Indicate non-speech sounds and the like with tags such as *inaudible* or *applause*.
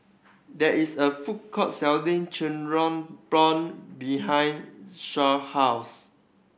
there is a food court selling *unintelligible* prawn behind *unintelligible* house